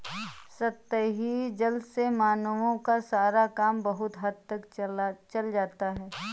सतही जल से मानवों का सारा काम बहुत हद तक चल जाता है